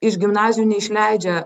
iš gimnazijų neišleidžia